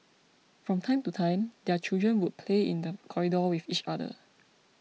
from time to time their children would play in the corridor with each other